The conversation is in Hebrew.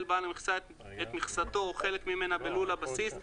בעל המכסה את מכסתו או חלק ממנה בלול הבסיס,